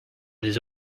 this